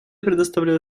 предоставляю